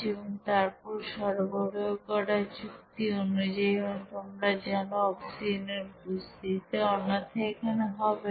এবং তারপর সরবরাহ করা চুক্তি অনুযায়ী এবং তোমরা জানো অক্সিজেনের উপস্থিতিতে অন্যথায় এখানে হবে না